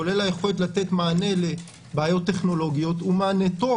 כולל היכולת לתת מענה לבעיות טכנולוגיות הוא מענה טוב